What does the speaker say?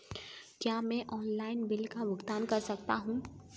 क्या मैं online bill का भुगतान कर सकता हूँ?